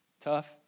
tough